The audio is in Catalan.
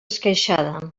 esqueixada